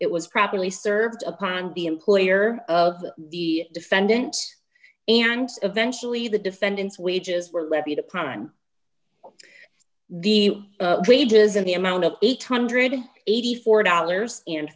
it was properly served upon the employer of the defendant and eventually the defendant's wages were levied a prime the wages in the amount of eight hundred and eighty four dollars